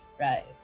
Right